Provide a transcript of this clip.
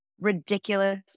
ridiculous